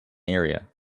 area